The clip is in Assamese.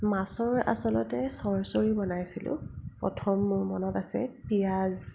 মাছৰ আচলতে চৰ্চৰি বনাইছিলোঁ প্ৰথম মোৰ মনত আছে পিঁয়াজ